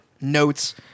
notes